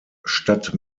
statt